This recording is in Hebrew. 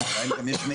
השאלה אם יש גם מעבר,